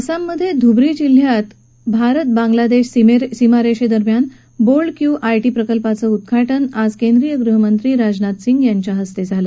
आसाम यधील धुब्री जिल्ह्यातील भारत बांगलादश सीमारक्षे जेम्यान बोल्ड क्यू आयशी प्रकल्पाचं उद्वाज आज केंद्रीय गृहमंत्री राजनाथ सिंग यांच्या हस्ताझालं